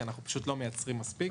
כי אנחנו פשוט לא מייצרים מספיק.